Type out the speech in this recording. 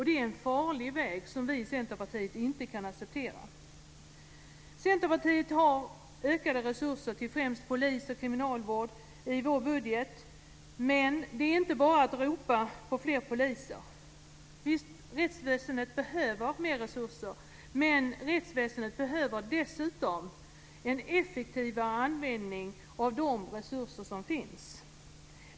Det är en farlig väg som vi i Centerpartiet inte kan acceptera. Vi i Centerpartiet föreslår ökade resurser till främst polis och kriminalvård i vår budget. Men det är inte bara att ropa på fler poliser. Visst behöver rättsväsendet mer resurser. Men rättsväsendet behöver dessutom en effektivare användning av de resurser som finns.